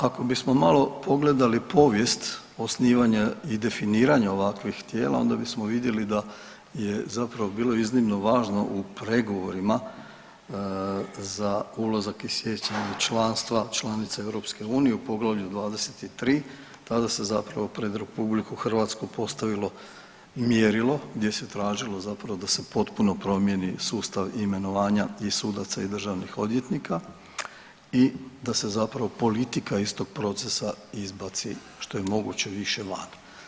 Ako bismo malo pogledali povijest osnivanja i definiranja ovakvih tijela onda bismo vidjeli da je zapravo bilo iznimno važno u pregovorima za ulazak i … članstva članica EU u poglavlju 23 tada se zapravo pred RH postavilo mjerilo gdje se tražilo da se potpuno promjeni sustav imenovanja i sudaca i državnih odvjetnika i da se politika iz tog procesa izbaci što je moguće više van.